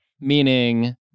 Meaning